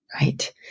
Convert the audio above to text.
right